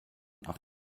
auch